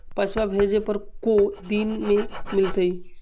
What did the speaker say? पैसवा भेजे पर को दिन मे मिलतय?